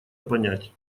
понять